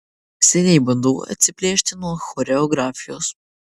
seniai bandau atsiplėšti nuo choreografijos